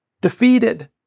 Defeated